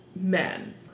men